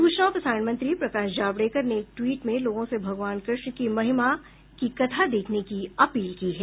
सूचना और प्रसारण मंत्री प्रकाश जावड़ेकर ने एक ट्वीट में लोगों से भगवान कृष्ण की महिमा की कथा देखने की अपील की है